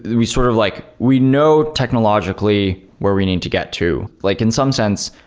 we sort of like we know technologically where we need to get to. like in some sense,